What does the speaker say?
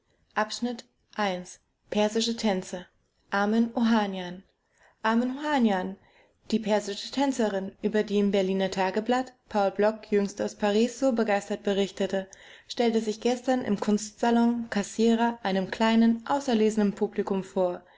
volks-zeitung januar persische tänze armen ohanian armen ohanian die persische tänzerin über die im berliner tageblatt paul block jüngst aus paris so begeistert berichtete stellte sich gestern im kunstsalon cassirer einem kleinen auserlesenen publikum vor